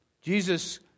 Jesus